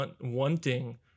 wanting